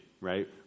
right